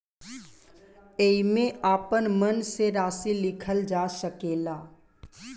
एईमे आपन मन से राशि लिखल जा सकेला